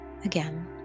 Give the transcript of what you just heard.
Again